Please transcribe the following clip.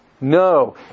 No